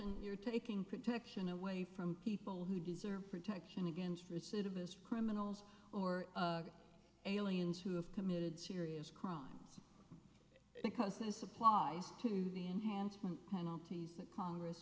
protection you're taking protection away from people who deserve protection against recidivist criminals or aliens who have committed serious crimes because this applies to the enhancement penalties that congress